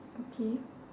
okay